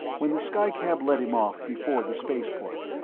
when the skycab let him off before the spaceport,